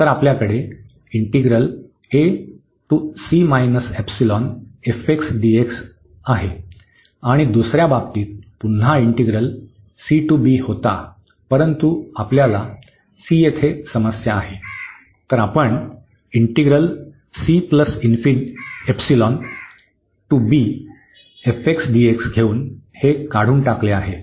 तर आपल्याकडे आहे आणि दुस या बाबतीत पुन्हा इंटिग्रल c टू b होता परंतु आम्हाला c येथे समस्या आहे तर आपण घेऊन हे काढून टाकले आहे